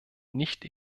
nicht